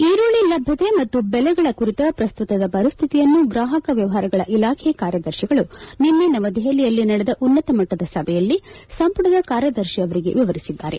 ಈರುಳ್ಳಿ ಲಭ್ಯತೆ ಮತ್ತು ಬೆಲೆಗಳ ಕುರಿತ ಪ್ರಸ್ತುತದ ಪರಿಸ್ಥಿತಿಯನ್ನು ಗ್ರಾಪಕ ವ್ಯವಹಾರಗಳ ಇಲಾಖೆ ಕಾರ್ಯದರ್ತಿಗಳು ನಿನ್ನೆ ನವದೆಹಲಿಯಲ್ಲಿ ನಡೆದ ಉನ್ನತ ಮಟ್ಟದ ಸಭೆಯಲ್ಲಿ ಸಂಪುಟದ ಕಾರ್ಯದರ್ಶಿಯವರಿಗೆ ವಿವರಿಸಿದ್ದಾರೆ